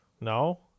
No